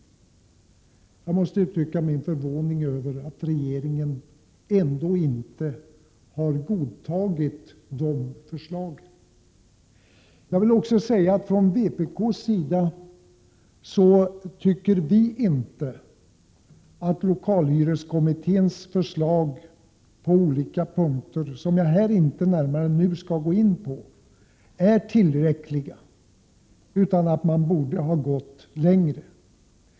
Jag vill också säga att vi från vpk:s sida inte tycker att lokalhyreskommitténs förslag på vissa punkter, som jag här inte närmare skall gå in på, är tillräckliga utan tycker att man borde ha gått längre.